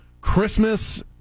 Christmas